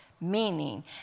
meaning